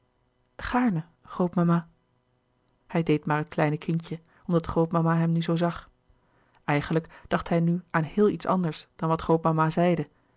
gaarne grootmama hij deed maar het kleine kindje omdat grootmama hem nu zoo zag eigenlijk dacht hij nu aan heel iets anders dan wat grootmama zeide